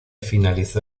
finalizó